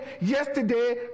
yesterday